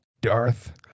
Darth